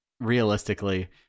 Realistically